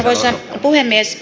arvoisa puhemies